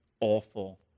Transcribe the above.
awful